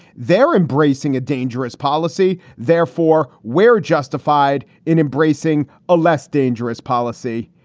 they're embracing a dangerous policy, therefore, where justified in embracing a less dangerous policy.